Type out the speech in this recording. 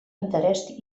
interès